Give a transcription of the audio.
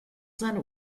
seine